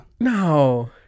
No